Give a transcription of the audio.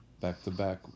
back-to-back